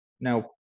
Now